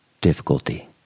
difficulty